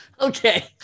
Okay